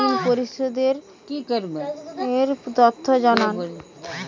ঋন পরিশোধ এর তথ্য জানান